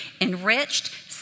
enriched